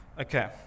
Okay